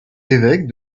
évêque